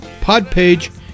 Podpage